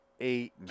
Eight